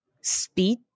speed